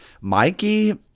Mikey